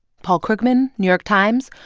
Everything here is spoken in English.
paul krugman, new york times,